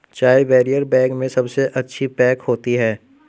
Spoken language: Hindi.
चाय बैरियर बैग में सबसे अच्छी पैक होती है